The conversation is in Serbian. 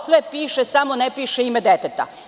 Sve piše, samo ne piše ime deteta.